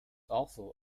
also